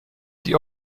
die